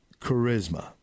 Charisma